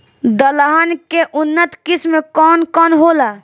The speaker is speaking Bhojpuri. दलहन के उन्नत किस्म कौन कौनहोला?